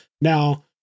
Now